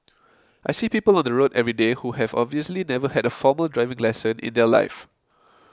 I see people on the road everyday who have obviously never had a formal driving lesson in their life